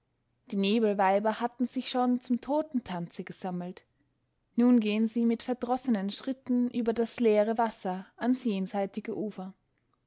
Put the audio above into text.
die nebelweiber hatten sich schon zum totentanze gesammelt nun gehen sie mit verdrossenen schritten über das leere wasser ans jenseitige ufer